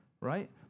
right